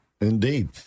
Indeed